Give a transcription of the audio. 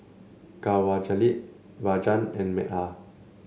Kanwaljit Rajan and Medha